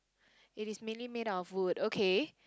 it is mainly made out of wood okay